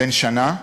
בן שנה,